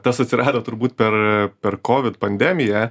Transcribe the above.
tas atsirado turbūt per per covid pandemiją